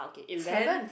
tenth